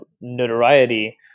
notoriety